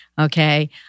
Okay